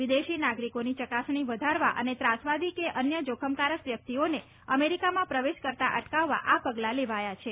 વિદેશી નાગરિકોની ચકાસણી વધારવા અને ત્રાસવાદી કે અન્ય જોખમકારક વ્યક્તિઓને અમેરિકામાં પ્રવેશ કરતાં અટકાવવા આ પગલાં લેવાયા છે